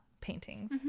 paintings